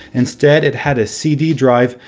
instead it had a cd drive,